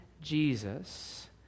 Jesus